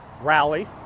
rally